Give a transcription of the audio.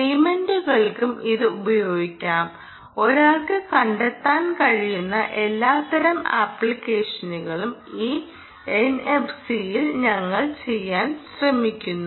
പേയ്മെന്റുകൾക്കും ഇത് ഉപയോഗിക്കാം ഒരാൾക്ക് കണ്ടെത്താൻ കഴിയുന്ന എല്ലാത്തരം അപ്ലിക്കേഷനുകളും ഈ എൻഎഫ്സിയിൽ ഞങ്ങൾ ചെയ്യാൻ ശ്രമിക്കുന്നു